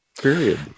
period